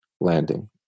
landing